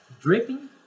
dripping